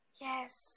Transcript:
Yes